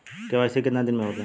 KYC कितना दिन में होले?